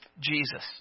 Jesus